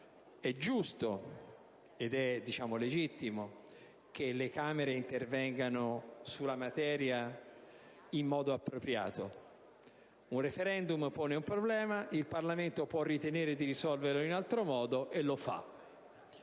È giusto, legittimo che le Camere intervengano sulla materia in modo appropriato. Un *referendum* pone un problema, il Parlamento può ritenere di risolverlo in altro modo, e lo fa.